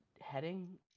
heading